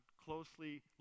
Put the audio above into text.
closely